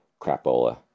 crapola